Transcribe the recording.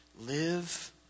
Live